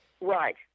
Right